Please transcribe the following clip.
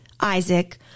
isaac